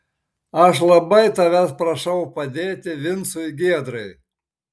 aš labai tavęs prašau padėti vincui giedrai